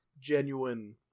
genuine